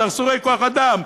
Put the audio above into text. סרסורי כוח-אדם,